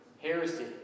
heresy